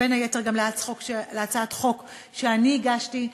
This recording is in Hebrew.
בין היתר גם להצעת חוק שאני הגשתי,